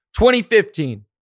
2015